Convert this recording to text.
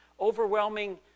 overwhelming